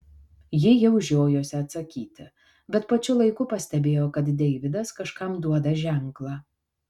ji jau žiojosi atsakyti bet pačiu laiku pastebėjo kad deividas kažkam duoda ženklą